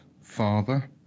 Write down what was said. father